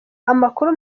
amakuru